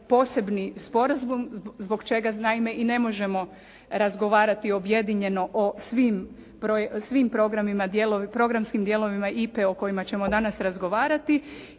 poseban sporazum zbog čega naime i ne možemo razgovarati objedinjeno o svim programima, programskim dijelovima IPA-e o kojima ćemo danas razgovarati,